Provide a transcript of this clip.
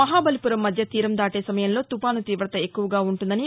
మహాబలిపురం మధ్య తీరం దాటే సమయంలో తుపాసు తీవత ఎక్కువగా ఉంటుందని